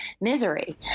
misery